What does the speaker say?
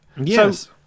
Yes